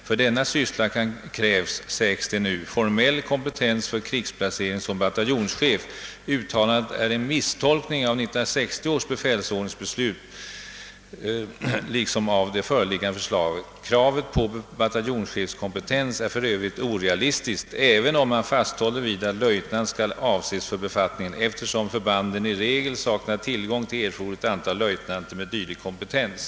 För denna syssla krävs, sägs det, formell kompetens för krigsplacering som bataljonschef. Uttalandet är en misstolkning av 1960 års befälsordningsbeslut, liksom av BFD förslag. Kravet på bataljonschefskompetens är för övrigt orealistiskt, även om man fasthåller vid att löjtnant skall avses för befattningen, eftersom förbanden i regel saknar tillgång till erforderligt antal löjtnanter med dylik kompetens.»